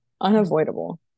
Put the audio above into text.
unavoidable